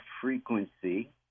frequency